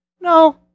no